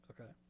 Okay